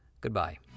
goodbye